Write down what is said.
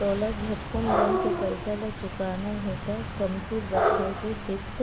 तोला झटकुन लोन के पइसा ल चुकाना हे त कमती बछर के किस्त